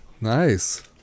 Nice